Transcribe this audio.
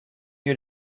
you